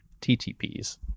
TTPs